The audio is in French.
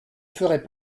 ferait